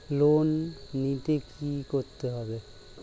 Loan নিতে কী করতে হবে?